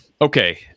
okay